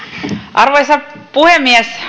arvoisa puhemies